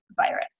virus